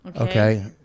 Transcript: Okay